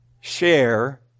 share